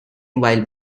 while